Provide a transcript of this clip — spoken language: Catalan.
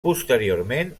posteriorment